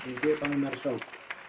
Dziękuję, panie marszałku.